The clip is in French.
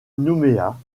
nouméa